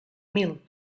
mil